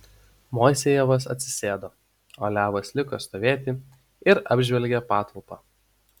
moisejevas atsisėdo o levas liko stovėti ir apžvelgė patalpą